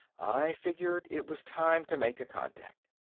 i figured it was time to make a contact.